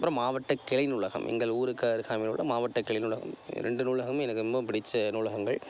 அப்புறம் மாவட்ட கிளை நூலகம் எங்கள் ஊருக்கு அருகாமையில் உள்ள மாவட்ட கிளை நூலகம் ரெண்டு நூலகமும் எனக்கு ரொம்பவும் பிடித்த நூலகங்கள்